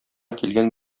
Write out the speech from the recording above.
килгән